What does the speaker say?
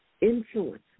influence